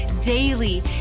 daily